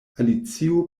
alicio